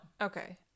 Okay